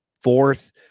fourth